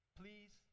please